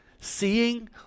seeing